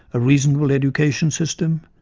a reasonable education system,